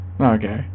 okay